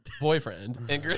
boyfriend